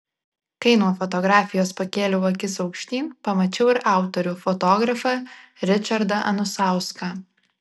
kai nuo fotografijos pakėliau akis aukštyn pamačiau ir autorių fotografą ričardą anusauską